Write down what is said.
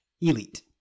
elite